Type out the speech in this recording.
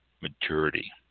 maturity